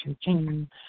ching